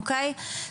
אוקיי?